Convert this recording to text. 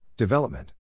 Development